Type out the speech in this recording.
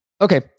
Okay